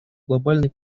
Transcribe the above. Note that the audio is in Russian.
глобальной